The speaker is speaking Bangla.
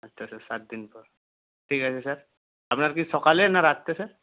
আচ্ছা স্যার সাত দিন পর ঠিক আছে স্যার আপনার কি সকালে না রাত্রে স্যার